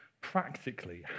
practically